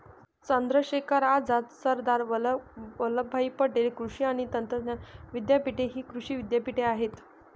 चंद्रशेखर आझाद, सरदार वल्लभभाई पटेल कृषी आणि तंत्रज्ञान विद्यापीठ हि कृषी विद्यापीठे आहेत